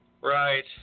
Right